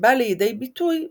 שבאה לידי ביטוי בכתביו.